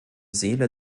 seele